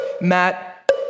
Matt